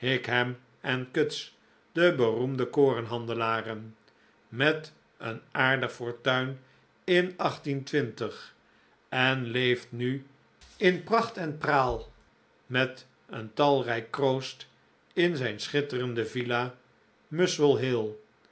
cutts de beroemde korenhandelaren met een aardig fortuin in en leeft nu in pracht en praal met een talrijk kroost in zijn schitterende villa muswell hill